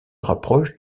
rapproche